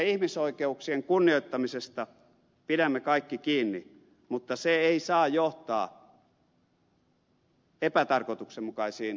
ihmisoikeuksien kunnioittamisesta pidämme kaikki kiinni mutta se ei saa johtaa epätarkoituksenmukaisiin perusteettomiin lopputuloksiin